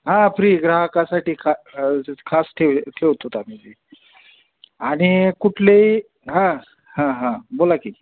हा फ्री ग्राहकासाठी खा खास ठेव ठेवत होत आम्ही जर आणि कुठलेही हा हा हा बोला की